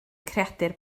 creadur